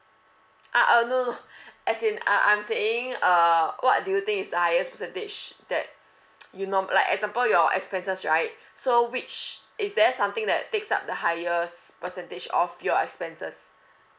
ah uh no no no as in I I'm saying uh what do you think is the highest percentage that you norm~ like example your expenses right so which is there something that takes up the highest percentage of your expenses